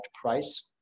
price